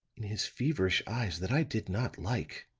in his feverish eyes that i did not like.